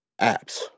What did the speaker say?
apps